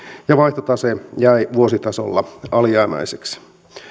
ja vaihtotase jäi vuositasolla alijäämäiseksi